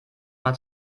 mal